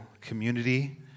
community